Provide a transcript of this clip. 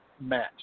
match